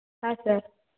ಹಾಂ ಸರ್